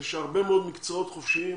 זה שהרבה מאוד מקצועות חופשיים,